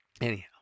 anyhow